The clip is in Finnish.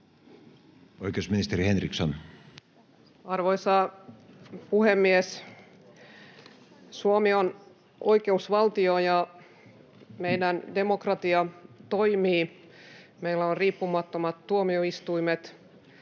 Arvoisa puhemies! Suomi on oikeusvaltio, ja meidän demokratia toimii. Meillä on riippumattomat tuomioistuimet,